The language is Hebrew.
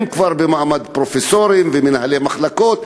הם כבר במעמד פרופסורים ומנהלי מחלקות,